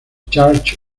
church